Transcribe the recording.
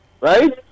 Right